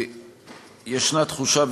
יש תחושה,